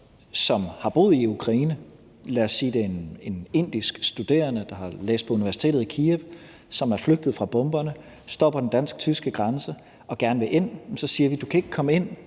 som har boet i Ukraine – lad os sige, at det er en indisk studerende, der har læst på universitetet i Kiev – og som er flygtet fra bomberne og står på den dansk-tyske grænse og gerne vil ind, så siger de: Du kan ikke komme ind,